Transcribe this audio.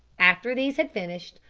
after these had finished,